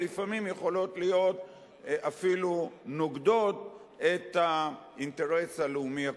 שלפעמים יכולות להיות אפילו נוגדות את האינטרס הלאומי הכולל.